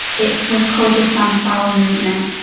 it was called the sunflower movement.